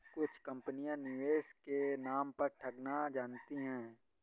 कुछ कंपनियां निवेश के नाम पर ठगना जानती हैं